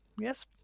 yes